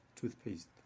toothpaste